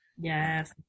Yes